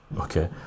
okay